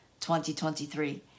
2023